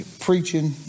preaching